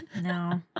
No